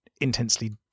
intensely